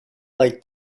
like